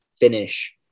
finish